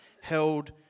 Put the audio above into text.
held